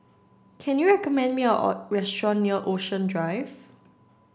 can you recommend me a restaurant near Ocean Drive